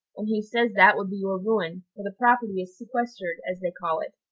and he says that would be your ruin, for the property is sequestered, as they call it,